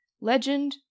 Legend